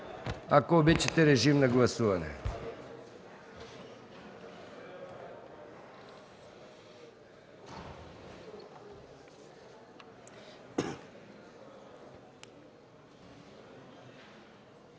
Ако обичате, режим на гласуване.